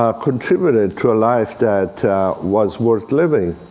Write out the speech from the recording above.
ah contributed to a life that was worth living.